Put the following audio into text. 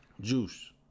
Juice